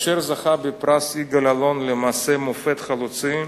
כאשר זכה בפרס יגאל אלון על מעשה מופת חלוצי,